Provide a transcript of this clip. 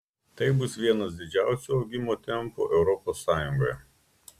tai bus vienas didžiausių augimo tempų europos sąjungoje